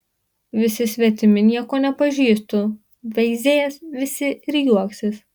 visi svetimi nieko nepažįstu veizės visi ir juoksis